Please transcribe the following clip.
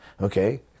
Okay